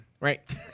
right